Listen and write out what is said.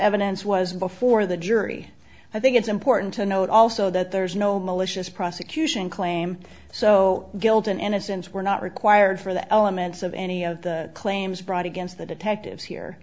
evidence was before the jury i think it's important to note also that there is no malicious prosecution claim so guilt and innocence were not required for the elements of any of the claims brought against the detectives here